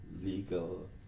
legal